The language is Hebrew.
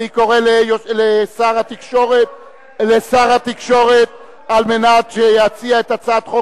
אני קורא לשר התקשורת על מנת שיציע את הצעת חוק